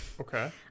okay